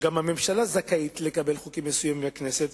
וגם הממשלה זכאית לקבל חוקים מסוימים מהכנסת,